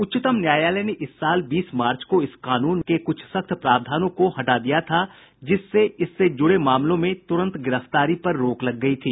उच्चतम न्यायालय ने इस साल बीस मार्च को इस कानून के कुछ सख्त प्रावधानों को हटा दिया था जिससे इससे जुडे मामलों में तुरंत गिरफ्तारी पर रोक लग गयी थी